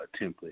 template